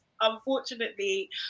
unfortunately